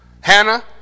Hannah